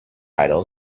idol